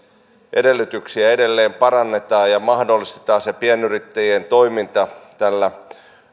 edellytyksiä edelleen parannetaan ja mahdollistetaan se pienyrittäjien toiminta tällä